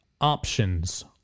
options